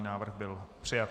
Návrh byl přijat.